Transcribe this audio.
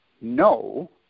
no